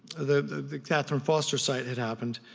the the katherine foster site had happened,